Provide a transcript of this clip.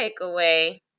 takeaway